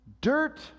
Dirt